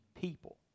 people